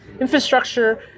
Infrastructure